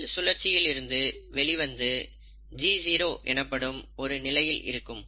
செல் சுழற்சியிலிருந்து வெளி வந்து G0 எனப்படும் ஒரு நிலையில் இருக்கும்